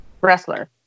wrestler